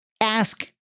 ask